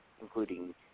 including